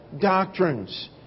doctrines